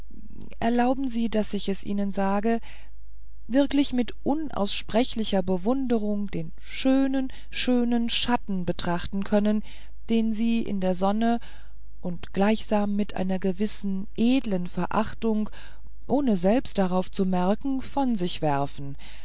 erlauben sie daß ich es ihnen sage wirklich mit unaussprechlicher bewunderung den schönen schönen schatten betrachten können den sie in der sonne und gleichsam mit einer gewissen edlen verachtung ohne selbst darauf zu merken von sich werfen